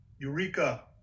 Eureka